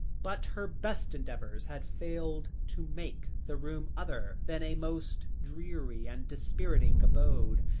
but her best endeavours had failed to make the room other than a most dreary and dispiriting abode,